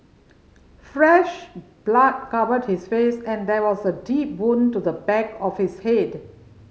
fresh blood covered his face and there was a deep wound to the back of his head